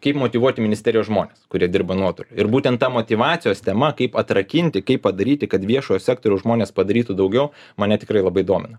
kaip motyvuoti ministerijos žmones kurie dirba nuotoliu ir būtent ta motyvacijos tema kaip atrakinti kaip padaryti kad viešojo sektoriaus žmonės padarytų daugiau mane tikrai labai domina